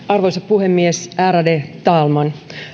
arvoisa puhemies ärade talman